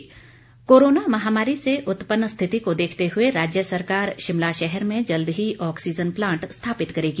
oxygen plant corona महामारी से उत्पन्न स्थिति को देखते हुए राज्य सरकार शिमला शहर में जल्द ही ऑक्सीजन प्लांट स्थापित करेगी